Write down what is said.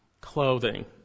clothing